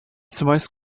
zumeist